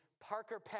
Parker